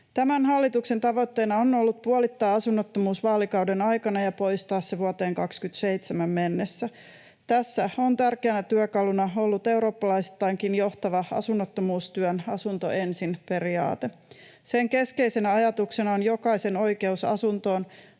Tämän hallituksen tavoitteena on ollut puolittaa asunnottomuus vaalikauden aikana ja poistaa se vuoteen 2027 mennessä. Tässä on tärkeänä työkaluna ollut eurooppalaisittainkin johtava asunnottomuustyön asunto ensin ‑periaate. Sen keskeisenä ajatuksena on jokaisen oikeus asuntoon